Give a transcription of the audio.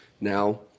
now